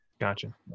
Gotcha